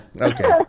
Okay